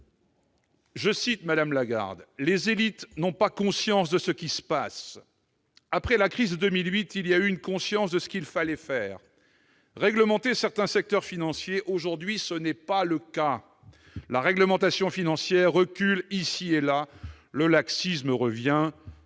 Louise Michel :« Les élites n'ont pas conscience de ce qui se passe. [...] Après la crise de 2008, il y a eu une conscience [...] de ce qu'il fallait faire : réglementer certains secteurs financiers [...]. Aujourd'hui, ce n'est pas le cas. La réglementation financière recule ici ou là [...]. Le laxisme revient. »